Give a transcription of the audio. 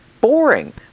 boring